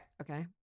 Okay